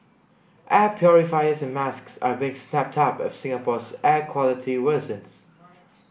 air purifiers and masks are being snapped up as Singapore's air quality worsens